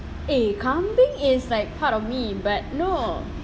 eh kambing is like part of me but no